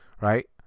right